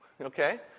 Okay